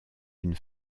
une